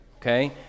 okay